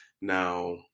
now